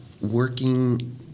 working